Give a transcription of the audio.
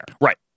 right